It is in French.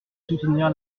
soutenir